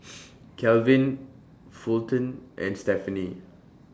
Kelvin Fulton and Stefanie